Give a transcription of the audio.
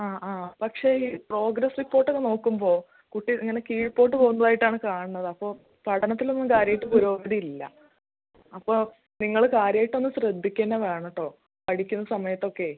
ആ ആ പക്ഷേ ഈ പ്രോഗ്രസ് റിപ്പോർട്ടൊക്കെ നോക്കുമ്പോൾ കുട്ടി അങ്ങനെ കീഴ്പോട്ട് പോവുന്നതായിട്ടാണ് കാണുന്നത് അപ്പോൾ പഠനത്തിലൊന്നും കാര്യമായിട്ട് പുരോഗതിയില്ല അപ്പോൾ നിങ്ങൾ കാര്യമായിട്ടൊന്ന് ശ്രദ്ധിക്കുക തന്നെ വേണം കേട്ടൊ പഠിക്കുന്ന സമയത്തൊക്കെ